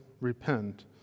repent